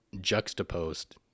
juxtaposed